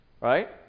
right